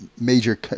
major